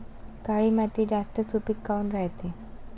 काळी माती जास्त सुपीक काऊन रायते?